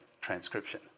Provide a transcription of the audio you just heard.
transcription